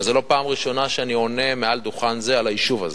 וזו לא הפעם הראשונה שאני עונה מעל דוכן זה על היישוב הזה,